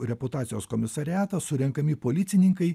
reputacijos komisariatą surenkami policininkai